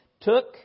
took